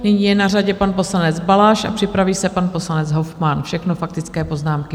Nyní je na řadě pan poslanec Balaš a připraví se pan poslanec Hofmann, všechno faktické poznámky.